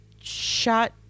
shot